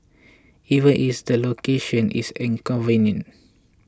even is the location is inconvenient